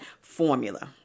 formula